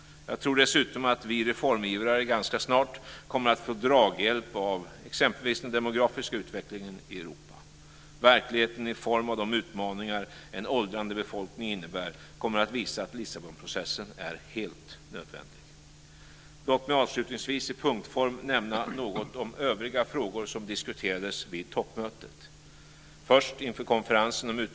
Jag tror dessutom att vi reformivrare ganska snart kommer att få draghjälp av exempelvis den demografiska utvecklingen i Europa. Verkligheten i form av de utmaningar en åldrande befolkning innebär kommer att visa att Lissabonprocessen är helt nödvändig. Låt mig avslutningsvis i punktform nämna något om övriga frågor som diskuterades vid toppmötet.